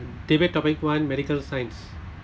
debate topic one medical science